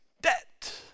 debt